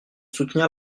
soutenir